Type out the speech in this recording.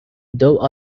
though